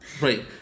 right